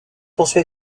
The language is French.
poursuit